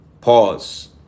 pause